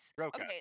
Okay